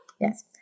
Yes